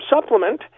supplement